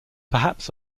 perhaps